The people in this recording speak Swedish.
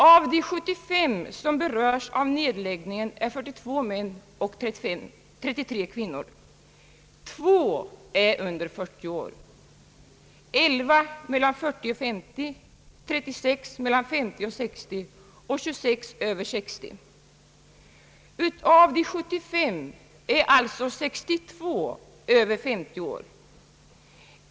Av de 75 som berörs av nedläggningen är 42 män och 33 kvinnor. Två stycken är under 40 år, 11 mellan 40 och 50 år, 36 stycken mellan 50 och 60 år och 26 stycken över 60 år. Utav de 75 är alltså 62 över 50 år.